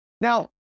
Now